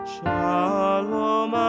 Shalom